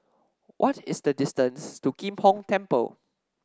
what is the distance to Kim Hong Temple